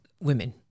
women